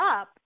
up